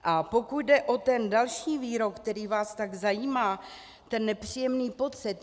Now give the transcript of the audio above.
A pokud jde o ten další výrok, který vás tak zajímá, ten nepříjemný pocit.